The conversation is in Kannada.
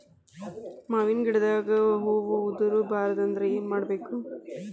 ಮಾವಿನ ಗಿಡದಾಗ ಹೂವು ಉದುರು ಬಾರದಂದ್ರ ಏನು ಮಾಡಬೇಕು?